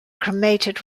cremated